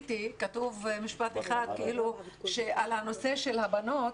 שראיתי כתוב משפט אחד על הנושא של הבנות,